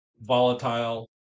volatile